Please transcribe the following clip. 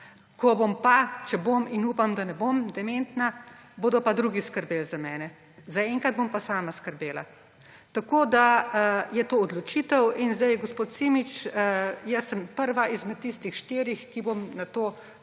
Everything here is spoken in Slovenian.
Ko bom, če bom, in upam, da ne bom, dementna, bodo drugi skrbeli za mene, zaenkrat bom pa sama skrbela. Tako da je to odločitev. Gospod Simič, jaz sem prva izmed tistih štirih, ki si bomo to uredili.